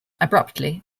abruptly